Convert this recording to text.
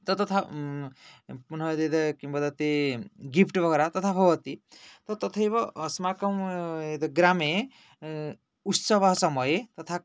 तद् तथा पुन तत् किं वदति गिफ्ट् द्वारा तथा भवति तत् तथैव अस्माकम् एतत् ग्रामे उत्सवसमये तथा